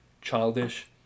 childish